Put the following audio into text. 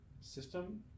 system